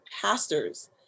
pastors